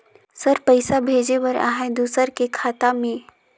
Sir पइसा भेजे बर आहाय दुसर के खाता मे?